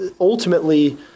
ultimately